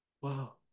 Wow